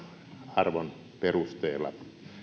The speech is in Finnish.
arvon perusteella